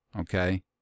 Okay